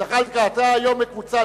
ג'מאל זחאלקה וחנין זועבי